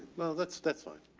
well that's, that's fine.